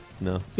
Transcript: No